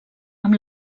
amb